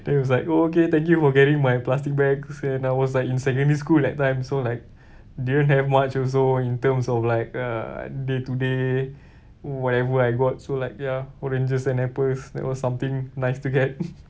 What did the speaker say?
then he was like oh okay thank you for carrying my plastic bags and I was like in secondary school that time so like didn't have much also in terms of like uh day to day whatever I got so like ya oranges and apples that was something nice to get